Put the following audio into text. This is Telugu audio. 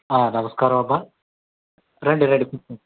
ఆ నమస్కారమమ్మా రండి రండి కూర్చోండి